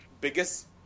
biggest